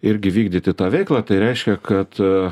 irgi vykdyti tą veiklą tai reiškia kad